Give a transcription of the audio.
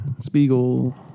Spiegel